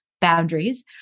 boundaries